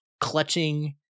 clutching